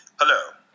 Hello